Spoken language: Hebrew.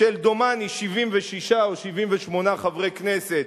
של דומני 76 או 78 חברי כנסת,